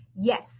Yes